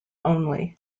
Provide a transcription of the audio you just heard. only